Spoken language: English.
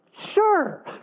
sure